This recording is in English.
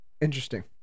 Interesting